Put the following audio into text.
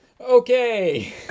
Okay